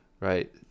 right